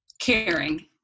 caring